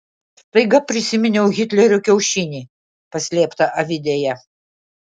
staiga prisiminiau hitlerio kiaušinį paslėptą avidėje